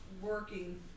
working